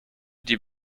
die